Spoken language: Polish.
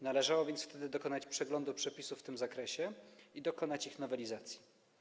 Należało więc dokonać przeglądu przepisów w tym zakresie i dokonać ich nowelizacji.